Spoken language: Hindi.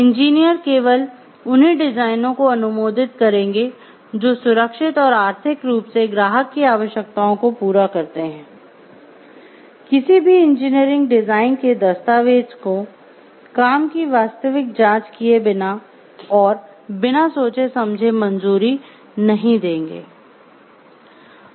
इंजीनियर केवल उन्हीं डिजाइनों को अनुमोदित को काम की वास्तविक जांच किए बिना और बिना सोचे समझे मंजूरी नहीं देंगे